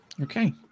Okay